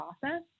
process